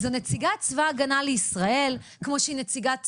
זו נציגת צבא ההגנה לישראל, כמו שהיא נציגת ציבור,